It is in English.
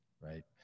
right